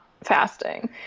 fasting